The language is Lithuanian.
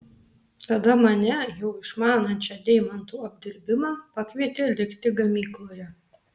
tada mane jau išmanančią deimantų apdirbimą pakvietė likti gamykloje